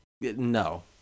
No